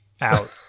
out